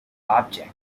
object